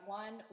one